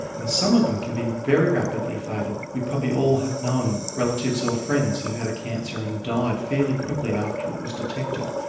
and some of them can be very rapidly fatal. we probably all have known relatives or friends who had a cancer and died fairly quickly after it was detected.